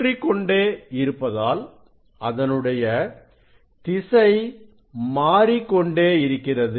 சுற்றிக் கொண்டே இருப்பதால் அதனுடைய திசை மாறிக்கொண்டே இருக்கிறது